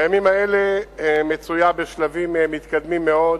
בימים האלה נמצאת בשלבים מתקדמים מאוד